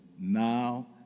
now